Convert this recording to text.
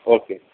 okay